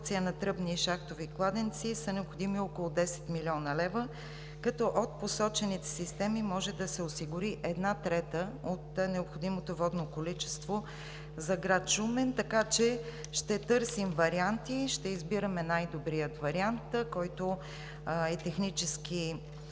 на тръбни и шахтови кладенци, са необходими около 10 млн. лв. От посочените системи може да се осигури една трета от необходимото водно количество за град Шумен. Така че ще търсим варианти, ще избираме най-добрия вариант, който е технически